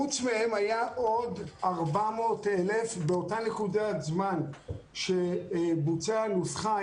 חוץ מהם היו עוד 400,000 באותה נקודת זמן שבוצעה נוסחה.